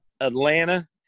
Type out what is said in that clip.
atlanta